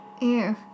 Ew